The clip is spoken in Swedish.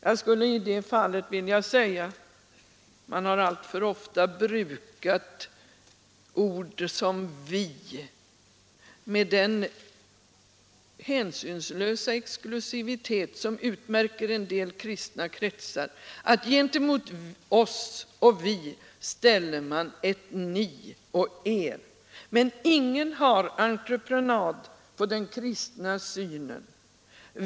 Jag skulle i detta fall vilja säga att man alltför ofta har brukat ord som ”vi” med den hänsynslösa exklusivitet som utmärker en del kristna kretsar. Gentemot ”oss” och ”vi” ställer man ett ”ni” och ”er”. Men ingen har entreprenad på den kristna synen.